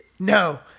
No